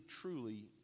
truly